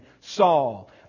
Saul